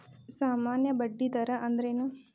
ಸಾಮಾನ್ಯ ಬಡ್ಡಿ ದರ ಅಂದ್ರೇನ?